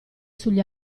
sugli